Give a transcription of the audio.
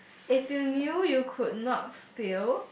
if you knew you could not fail